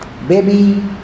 Baby